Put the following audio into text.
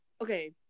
okay